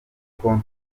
kuko